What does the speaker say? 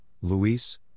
Luis